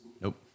nope